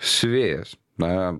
siuvėjas na